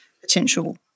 potential